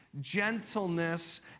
gentleness